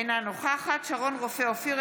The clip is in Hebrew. אינה נוכחת שרון רופא אופיר,